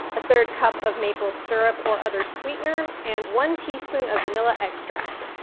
a third cup of maple syrup or other sweetener, and one teaspoon of vanilla extract.